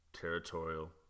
territorial